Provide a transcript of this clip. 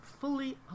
fully